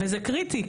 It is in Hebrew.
וזה קריטי,